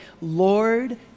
Lord